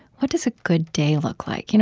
what does a good day look like? you know